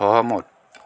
সহমত